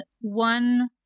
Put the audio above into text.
one